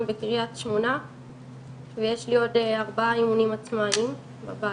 בקרית שמונה ויש לי עוד 4 אימונים עצמאיים בבית.